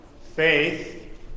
Faith